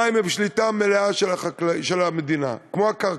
המים הם בשליטה מלאה של המדינה, כמו הקרקע.